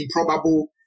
improbable